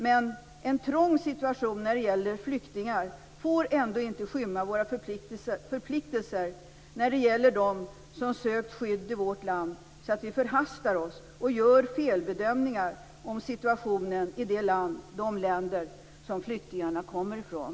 Men en trång situation när det gäller flyktingar får ändå inte skymma våra förpliktelser när det gäller dem som sökt skydd i vårt land, så att vi förhastar oss och gör felbedömningar om situationen i det land eller de länder som flyktingarna kommer ifrån.